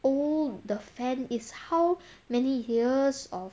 old the fan is how many years of